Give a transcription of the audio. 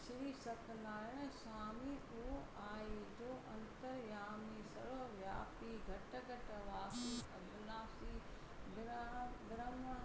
श्री सत्यनारायण स्वामी उहो आहे जो अंतरयामी सर्व व्यापी घटि घटि वासी अदनासी ब्राणा ब्रहमा